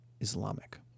Islamic